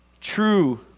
true